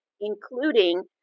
including